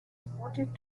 reported